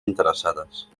interessades